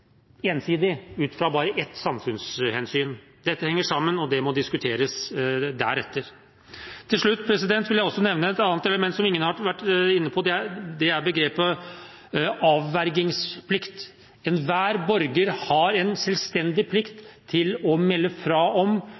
ensidig, ut fra bare ett samfunnshensyn. Dette henger sammen, og det må diskuteres deretter. Til slutt vil jeg nevne et annet element som ingen har vært inne på. Det er begrepet «avvergingsplikt». Enhver borger har en selvstendig plikt til å melde fra